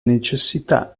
necessità